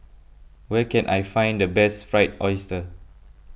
where can I find the best Fried Oyster